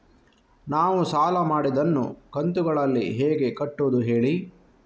ನಾವು ಸಾಲ ಮಾಡಿದನ್ನು ಕಂತುಗಳಲ್ಲಿ ಹೇಗೆ ಕಟ್ಟುದು ಹೇಳಿ